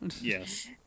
Yes